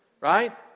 right